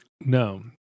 No